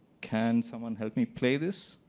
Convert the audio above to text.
can someone help me play this?